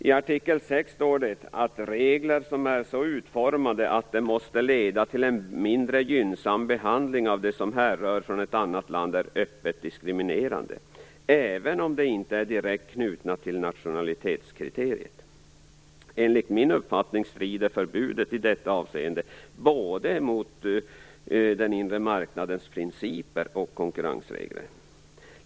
I artikel 6 står det att regler som är så utformade, att de måste leda till en mindre gynnsam behandling av det som härrör från ett annat land är öppet diskriminerande, även om de inte är direkt knutna till nationalitetskriteriet. Enligt min uppfattning strider förbudet i detta avseende både mot den inre marknadens principer och mot konkurrensreglerna.